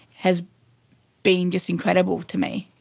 has been just incredible to me.